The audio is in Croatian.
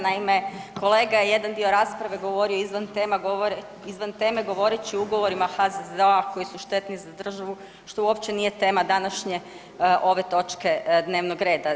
Naime, kolega je jedan dio rasprave govorio izvan teme govoreći o ugovorima HZZO-a koji su štetni za državu što uopće nije tema današnje ove točke dnevnog reda.